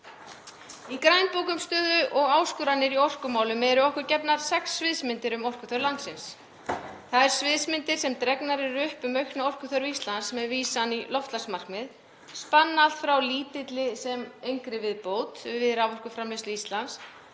Í grænbók um stöðu og áskoranir í orkumálum er okkur gefnar sex sviðsmyndir um orkuþörf landsins. Þær sviðsmyndir sem dregnar eru upp um aukna orkuþörf Íslands með vísan í loftslagsmarkmið spanna allt frá lítilli sem engri viðbót við raforkuframleiðslu Íslands